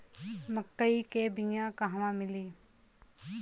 मक्कई के बिया क़हवा मिली?